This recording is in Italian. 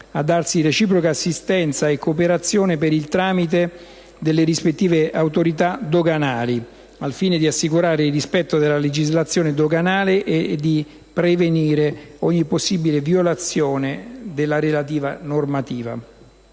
a darsi reciproca assistenza e cooperazione per il tramite delle rispettive autorità doganali, al fine di assicurare il rispetto della legislazione doganale e di prevenire ogni possibile violazione della relativa normativa.